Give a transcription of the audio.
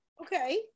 Okay